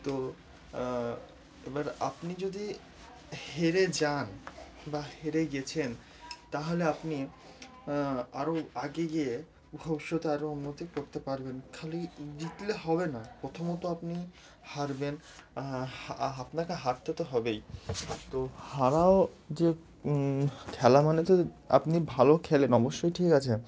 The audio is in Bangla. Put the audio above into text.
তো এবার আপনি যদি হেরে যান বা হেরে গিয়েছেন তাহলে আপনি আরও আগে গিয়ে ভবিষ্যতে আরও উন্নতি করতে পারবেন খালি জিতলে হবে না প্রথমত আপনি হারবেন হা আপনাকে হারতে তো হবেই তো হারাও যে খেলা মানে তো আপনি ভালো খেলেন অবশ্যই ঠিক আছে